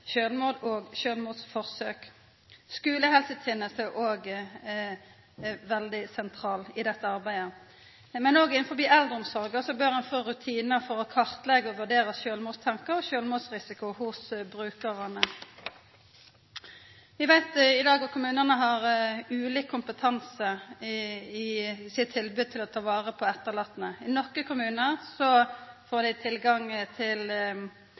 sjølvmord og sjølvmordsforsøk. Skulehelsetenesta er veldig sentral i dette arbeidet, men òg innanfor eldreomsorga bør ein få rutinar for å kartleggja og vurdera sjølvmordstankar og sjølvmordsrisiko hos brukarane. Vi veit i dag at kommunane har ulik kompetanse i sitt tilbod for å ta vare på etterlatne. I nokre kommunar får dei tilgang til